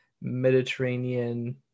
Mediterranean